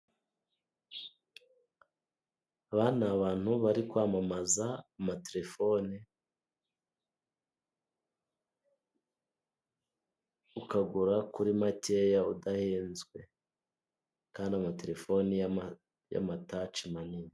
Aba ni abantu bari kwamamaza amatelefone. Ukagura kuri makeya udahenzwe kandi amatelefone ya mataci manini.